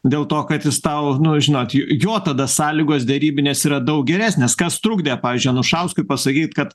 dėl to kad jis tau nu žinoti jo tada sąlygos derybinės yra daug geresnės kas trukdė pavyzdžiui anušauskui pasakyt kad